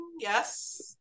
yes